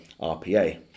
RPA